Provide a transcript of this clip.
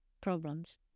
problems